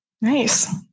Nice